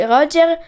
Roger